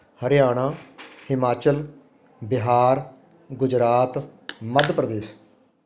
Haryana Himachal Bihar Gujarat Madhya Pradesh